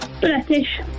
British